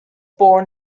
born